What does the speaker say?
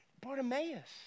Bartimaeus